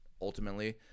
ultimately